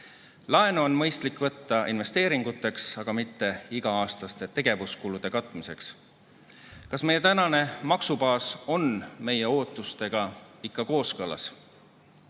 Laenu on mõistlik võtta investeeringuteks, aga mitte iga-aastaste tegevuskulude katmiseks. Kas meie tänane maksubaas on meie ootustega ikka kooskõlas?